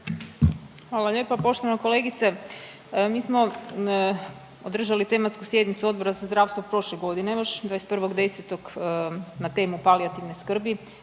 Hvala lijepa. Poštovana kolegice, mi smo održali tematsku sjednicu Odbora za zdravstvo prošle godine još, 21.10. na temu palijativne skrbi